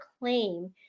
claim